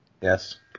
Yes